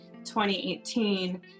2018